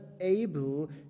able